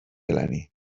eleni